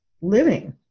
living